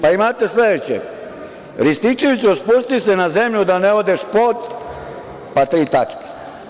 Pa, imate sledeće - Rističeviću spusti se na zemlju da ne odeš pod, pa tri tačke.